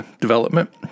development